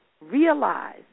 realize